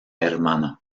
hermana